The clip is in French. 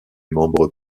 membres